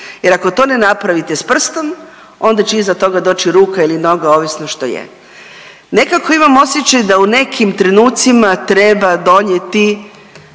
jer ako to ne napravite s prstom onda će iza toga doći ruka ili noga ovisno što je. Nekako imam osjećaj da u nekim trenucima treba donijeti